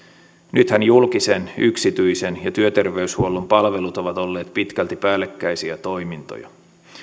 nythän julkisen yksityisen ja työterveyshuollon palvelut ovat olleet pitkälti päällekkäisiä toimintoja